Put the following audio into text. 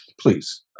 Please